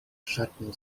szarpnął